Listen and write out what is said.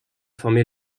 former